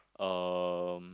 uh